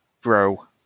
Bro